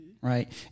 right